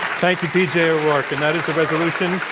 thank you, pj o'rourke. and that is the resolution,